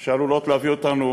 כלשהן שעלולות להביא אותנו,